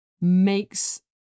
makes